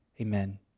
Amen